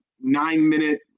nine-minute